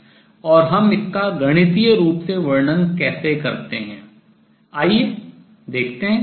और हम इसका गणितीय रूप से वर्णन कैसे करते हैं आइए देखते हैं